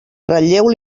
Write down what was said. ratlleu